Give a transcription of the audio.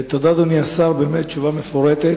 תודה, אדוני השר, באמת תשובה מפורטת.